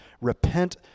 repent